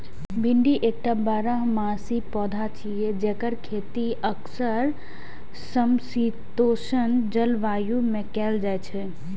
भिंडी एकटा बारहमासी पौधा छियै, जेकर खेती अक्सर समशीतोष्ण जलवायु मे कैल जाइ छै